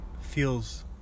feels